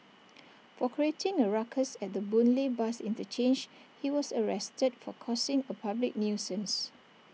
for creating A ruckus at the boon lay bus interchange he was arrested for causing A public nuisance